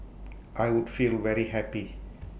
I would feel very happy